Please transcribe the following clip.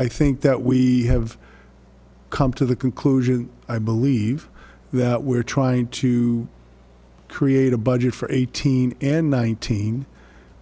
i think that we have come to the conclusion i believe that we're trying to create a budget for eighteen and nineteen